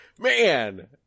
Man